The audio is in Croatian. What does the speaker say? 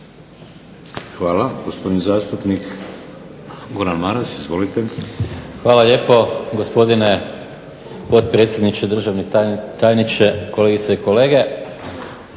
Hvala. Gospodin zastupnik Gordan Maras. Izvolite. **Maras, Gordan (SDP)** Hvala lijepo gospodine potpredsjedniče, državni tajniče, kolegice i kolege.